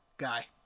guy